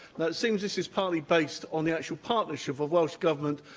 now, it seems this is partly based on the actual partnership of welsh government,